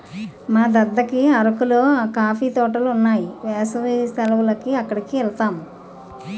మా దద్దకి అరకులో కాఫీ తోటలున్నాయి ఏసవి సెలవులకి అక్కడికెలతాము